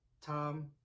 Tom